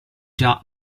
già